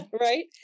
right